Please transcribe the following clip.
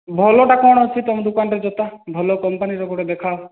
ଭଲଟା କ'ଣ ଅଛି ତମ ଦୋକାନରେ ଜୋତା ଭଲ କମ୍ପାନୀର ଗୋଟେ ଦେଖାଅ